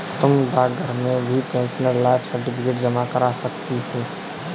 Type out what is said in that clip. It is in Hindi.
तुम डाकघर में भी पेंशनर लाइफ सर्टिफिकेट जमा करा सकती हो